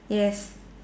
yes